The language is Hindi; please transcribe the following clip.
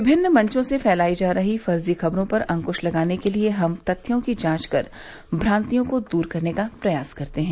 विभिन्न मंचों से फैलाई जा रहीं फर्जी खबरों पर अंकुश लगाने के लिए हम तथ्यों की जांच कर भ्रान्तियों को दूर करने का प्रयास करते हैं